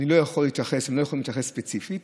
הם לא יכולים להתייחס ספציפית,